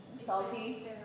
salty